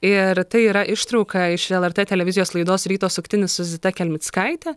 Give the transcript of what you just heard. ir tai yra ištrauka iš lrt televizijos laidos ryto suktinis su zita kelmickaite